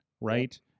right